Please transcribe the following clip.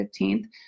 15th